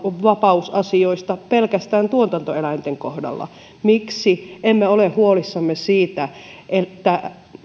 vapausasioista pelkästään tuotantoeläinten kohdalla miksi emme ole huolissamme siitä että